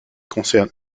concerne